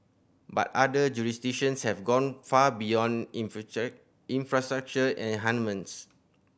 but other jurisdictions have gone far beyond infrastructure enhancements